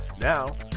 Now